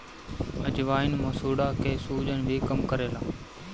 अजवाईन मसूड़ा के सुजन भी कम करेला